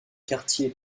quartiers